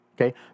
Okay